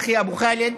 אחי אבו ח'אלד,